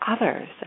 others